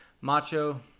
macho